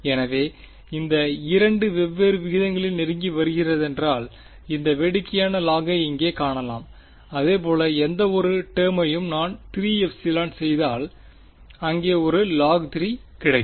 எனவே இந்த 2 வெவ்வேறு விகிதங்களில் நெருங்கி வருகிறதென்றால் இந்த வேடிக்கையான log ஐ இங்கே காணலாம் அதேபோல் எந்தவொரு டெர்மையும் நான் 3ε செய்தால் அங்கே ஒரு log 3 கிடைக்கும்